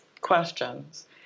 questions